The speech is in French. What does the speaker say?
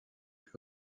plus